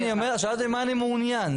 שאלת במה אני מעוניין.